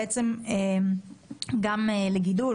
גם לגידול,